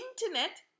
internet